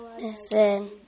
listen